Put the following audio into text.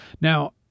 Now